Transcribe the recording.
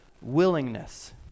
willingness